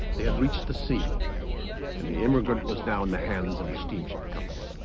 they had reached the sea and the immigrant was now in the hands of the steamship company